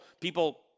people